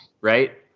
Right